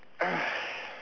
uh